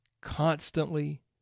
constantly